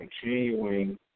continuing